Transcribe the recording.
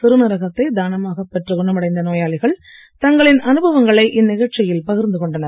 சிறுநீரகத்தை தானமாகப் பெற்று குணமடைந்த நோயாளிகள் தங்களின் அனுபவங்களை இந்நிகழ்ச்சியில் பகிர்ந்து கொண்டனர்